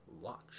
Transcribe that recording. watch